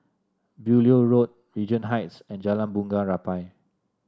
Beaulieu Road Regent Heights and Jalan Bunga Rampai